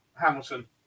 Hamilton